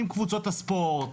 עם קבוצות הספורט,